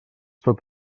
tot